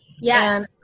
Yes